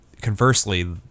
conversely